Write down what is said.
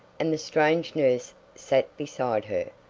and the strange nurse sat beside her.